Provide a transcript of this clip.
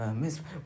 miss